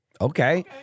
Okay